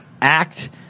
act